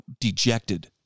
dejected